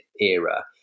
era